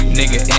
nigga